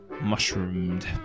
mushroomed